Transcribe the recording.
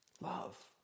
love